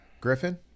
Griffin